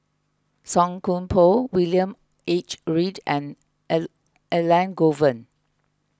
Song Koon Poh William H Read and Elangovan